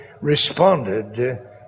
responded